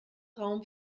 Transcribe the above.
raum